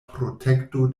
protekto